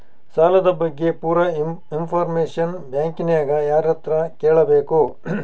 ಸಾಲದ ಬಗ್ಗೆ ಪೂರ ಇಂಫಾರ್ಮೇಷನ ಬ್ಯಾಂಕಿನ್ಯಾಗ ಯಾರತ್ರ ಕೇಳಬೇಕು?